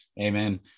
Amen